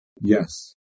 Yes